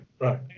Right